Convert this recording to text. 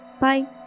Bye